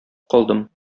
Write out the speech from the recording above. калдым